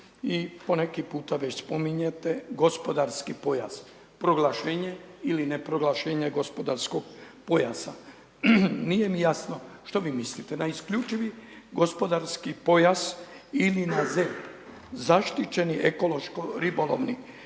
i poneki puta već spominjete gospodarski pojas, proglašenje ili ne proglašenje gospodarskog pojasa. Nije mi jasno što vi mislite na isključivi gospodarski pojas ili na zaštićeni ekološko ribolovni